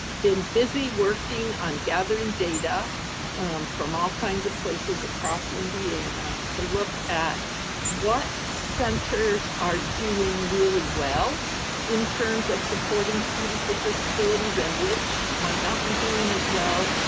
been busy working on gathering data from all kinds of places across indiana to look at what centers are doing really well in terms of supporting students with disabilities, and which might not be doing as well,